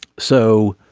so.